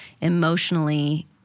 emotionally